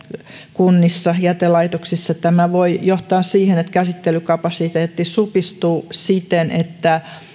kunnissa jätelaitoksissa tämä voi johtaa siihen että käsittelykapasiteetti supistuu siten että